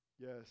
Yes